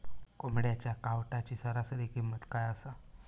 कोंबड्यांच्या कावटाची सरासरी किंमत काय असा?